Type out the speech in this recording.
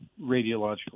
radiological